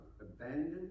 abandoned